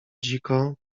dziko